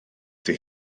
ydy